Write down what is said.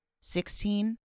Sixteen